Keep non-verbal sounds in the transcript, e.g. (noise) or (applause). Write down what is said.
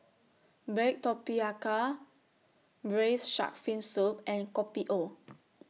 Baked Tapioca Braised Shark Fin Soup and Kopi O (noise)